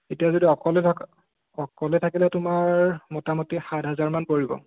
এতিয়া যদি অকলে থাকা অকলে থাকিলে তোমাৰ মোটামুটি সাত হাজাৰমান পৰিব